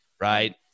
right